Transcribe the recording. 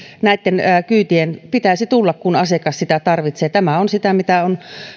näiden kyytien pitäisi tulla kun asiakas kyytiä tarvitsee tämä on sitä mitä on